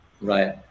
right